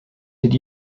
did